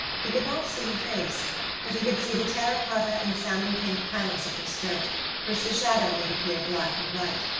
he could not see her face but he could see the terra-cotta and salmon-pink panels of her skirt which the shadow made appear black and white.